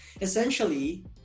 essentially